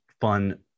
fun